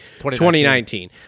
2019